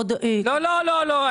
קופת חולים כללית, בקשה.